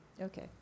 Okay